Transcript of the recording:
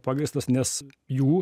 pagrįstas nes jų